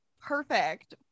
perfect